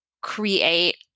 create